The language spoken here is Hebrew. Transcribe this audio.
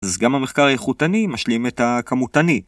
אז גם המחקר האיכותני משלים את הכמותני.